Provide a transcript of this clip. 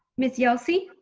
miss yelsey?